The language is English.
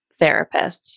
therapists